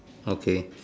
okay